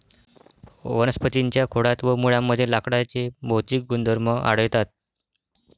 वनस्पतीं च्या खोडात व मुळांमध्ये लाकडाचे भौतिक गुणधर्म आढळतात